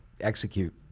Execute